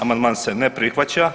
Amandman se ne prihvaća.